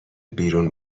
بیرون